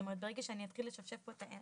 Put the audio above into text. ברגע שאני אתחיל לשפשף את העיניים,